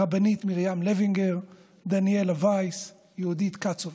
הרבנית מרים לוינגר, דניאלה וייס, יהודית קצובר.